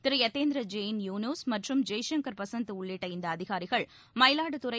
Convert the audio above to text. திரு யதேந்திர ஜெயின் யூனூஸ் மற்றும் ஜெய்சங்கள் பசந்த் உள்ளிட்ட இந்த அதிகாரிகள் மயிலாடுதுறை